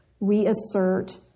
reassert